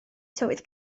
tywydd